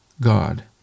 God